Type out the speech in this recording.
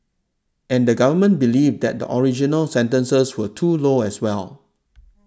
and the Government believed that the original sentences were too low as well